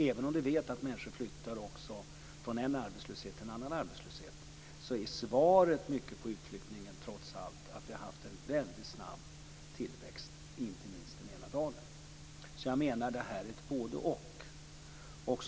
Även om vi vet att de flyttar från en arbetslöshet till en annan arbetslöshet är orsaken till utflyttningen att vi har haft en väldigt snabb tillväxt, inte minst i Mälardalen. Detta är en fråga om både-och.